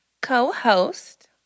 co-host